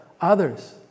others